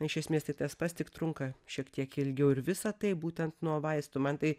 iš esmės tai tas pats tik trunka šiek tiek ilgiau ir visa tai būtent nuo vaistų man tai